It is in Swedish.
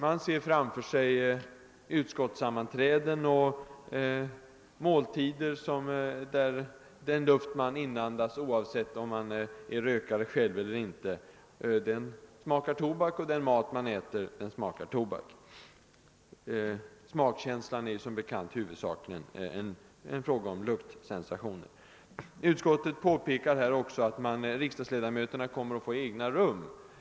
Man ser framför sig utskottssammanträden och måltider, där den luft man inandas, oavsett om man själv är rökare eller inte, smakar tobak liksom också den mat man äter. Smakkänslan är som bekant huvudsakligen grundad på luktsensationer. Utskottet pekar också på att riksdagsledamöterna kommer att få egna rum.